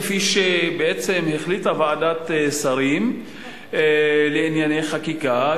כפי שבעצם החליטה ועדת השרים לענייני חקיקה,